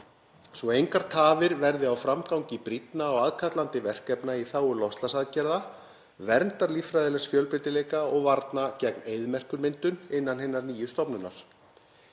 að engar tafir verði á framgangi brýnna og aðkallandi verkefna í þágu loftslagsaðgerða, verndar líffræðilegs fjölbreytileika og varna gegn eyðimerkurmyndun innan hinnar nýju stofnunar.